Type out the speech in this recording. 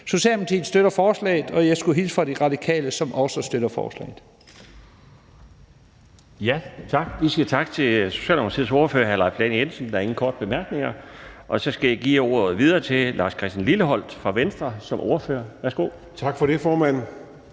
Socialdemokratiet støtter forslaget, og jeg skulle hilse fra De Radikale, som også støtter forslaget.